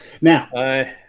Now